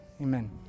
Amen